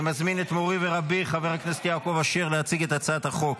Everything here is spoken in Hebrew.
אני מזמין את מורי ורבי חבר הכנסת יעקב אשר להציג את הצעת החוק,